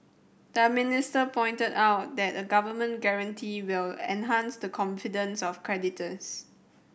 the minister pointed out that a government guarantee will enhance the confidence of creditors